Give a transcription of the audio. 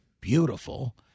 beautiful